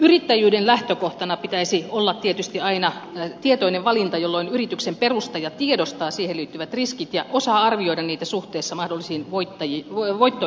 yrittäjyyden lähtökohtana pitäisi olla tietysti aina tietoinen valinta jolloin yrityksen perustaja tiedostaa siihen liittyvät riskit ja osaa arvioida niitä suhteessa mahdollisiin voittoihin yrittäjätoiminnassa